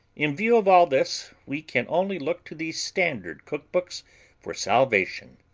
in view of all this, we can only look to the standard cookbooks for salvation.